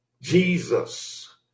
Jesus